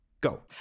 go